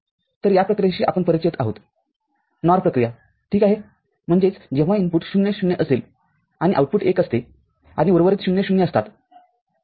तर या प्रक्रियेशी आपण परिचित आहोत NOR प्रक्रियाठीक आहेम्हणजेच जेव्हा इनपुट० ० असेल आणि आउटपुट१ असते आणि उर्वरित ० ० असतात